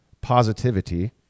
positivity